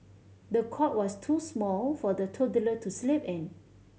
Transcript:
the cot was too small for the toddler to sleep in